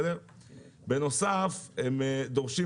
בנוסף הם דורשים